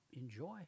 Enjoy